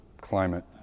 climate